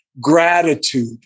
gratitude